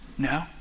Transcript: No